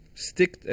Stick